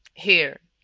here.